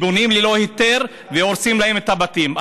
בונים ללא היתר והורסים להם את הבתים,